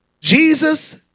Jesus